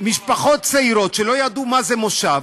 משפחות צעירות שלא ידעו מה זה מושב,